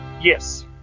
yes